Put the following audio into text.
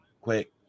quick